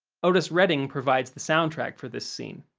otis redding provides the soundtrack for this scene.